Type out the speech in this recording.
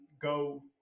go